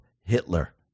Hitler